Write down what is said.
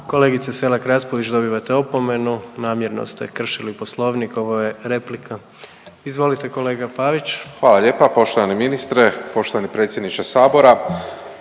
Kolegice Selak Raspudić dobivate opomenu. Namjerno ste kršili Poslovnik. Ovo je replika. Izvolite kolega Pavić. **Pavić, Marko (HDZ)** Hvala lijepa. Poštovani ministre, poštovani predsjedniče sabora.